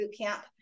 Bootcamp